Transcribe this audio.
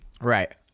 Right